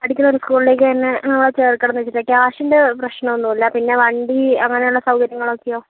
പഠിക്കുന്ന ഒരു സ്കൂളിലേക്ക് തന്നെ അവളെ ചേർക്കണം എന്ന് വെച്ചിട്ട് ക്യാഷിന്റെ പ്രശ്നം ഒന്നും ഇല്ല പിന്നെ വണ്ടി അങ്ങനെ ഉള്ള സൗകര്യങ്ങൾ ഒക്കെയോ